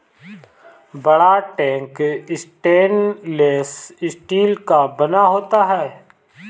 बड़ा tank stainless steel का बना होता है